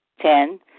Ten